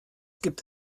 gibt